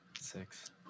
six